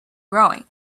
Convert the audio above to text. growing